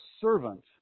servant